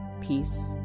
Peace